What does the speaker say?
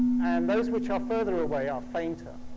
and those which are further away are fainter.